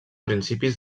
principis